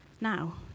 Now